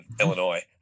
Illinois